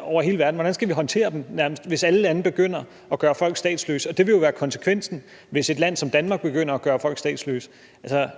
over hele verden. Hvordan skal vi håndtere dem, hvis alle lande nærmest begynder at gøre folk statsløse? Og det vil jo være konsekvensen, hvis et land som Danmark begynder at gøre folk statsløse. Hvordan